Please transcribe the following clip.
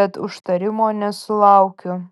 bet užtarimo nesulaukiu